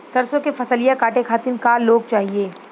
सरसो के फसलिया कांटे खातिन क लोग चाहिए?